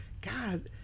God